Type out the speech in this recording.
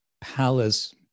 palace